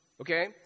Okay